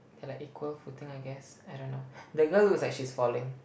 they are like equal footing I guess I don't know the girl looks like she's falling